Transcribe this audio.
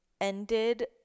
ended